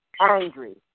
angry